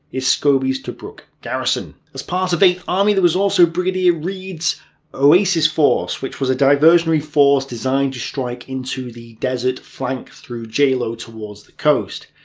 is scobie's tobruk garrison. as part of eighth army, there was also brigadier reid's oasis force, which was a diversionary force designed to strike into the desert flank through jalo towards the coast.